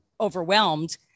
overwhelmed